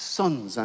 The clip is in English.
sons